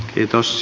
kiitos